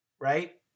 Right